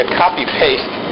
copy-paste